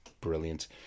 brilliant